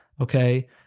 okay